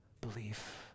belief